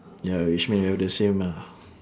ya which mean we are the same ah